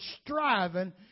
striving